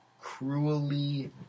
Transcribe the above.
cruelly